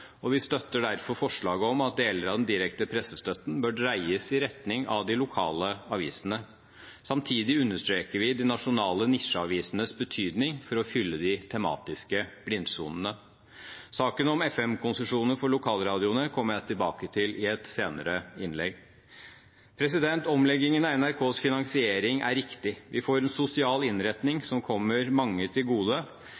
og vi støtter derfor forslaget om at deler av den direkte pressestøtten bør dreies i retning av de lokale avisene. Samtidig understreker vi de nasjonale nisjeavisenes betydning for å fylle de tematiske blindsonene. Saken om FM-konsesjoner for lokalradioene kommer jeg tilbake til i et senere innlegg. Omleggingen av NRKs finansiering er riktig. Vi får en sosial innretning